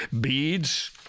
beads